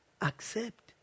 accept